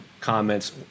comments